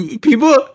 people